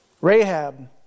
Rahab